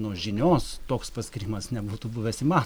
nu žinios toks paskyrimas nebūtų buvęs ima